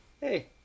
hey